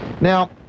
Now